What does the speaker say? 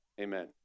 Amen